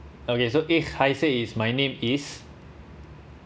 okay so is my name is